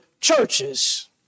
churches